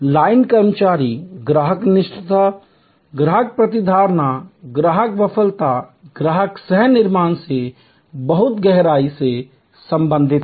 line कर्मचारी ग्राहक निष्ठा ग्राहक प्रतिधारण ग्राहक वकालत और ग्राहक सह निर्माण से बहुत गहराई से संबंधित हैं